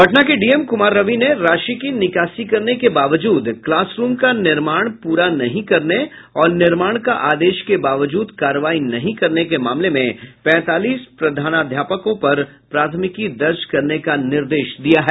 पटना के डीएम कुमार रवि ने राशि की निकासी करने के बावजूद क्लास रूम का निर्माण प्रा नहीं करने और निर्माण का आदेश के बावजूद कार्रवाई नहीं करने के मामले में पैंतालीस प्रधानाध्यापकों पर प्राथमिकी दर्ज करने का निर्देश दिया है